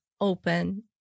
open